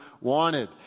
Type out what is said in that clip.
wanted